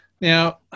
Now